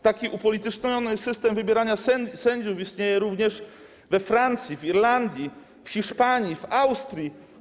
Taki upolityczniony system wybierania sędziów istnieje również we Francji, w Irlandii, w Hiszpanii, w Austrii.